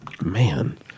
man